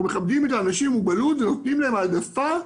אנחנו מכבדים את האנשים עם מוגבלות ונותנים להם העדפה,